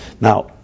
Now